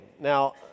Now